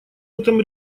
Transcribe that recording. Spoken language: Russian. этом